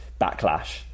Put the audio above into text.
backlash